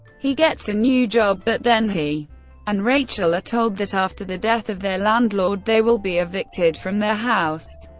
he gets a new job, but then he and rachel are told that after the death of their landlord they will be evicted from their house.